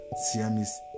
Siamese